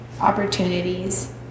opportunities